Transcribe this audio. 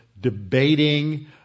debating